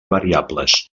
variables